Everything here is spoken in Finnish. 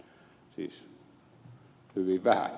siis hyvin vähän